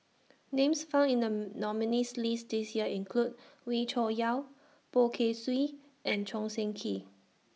Names found in The nominees' list This Year include Wee Cho Yaw Poh Kay Swee and Choo Seng Quee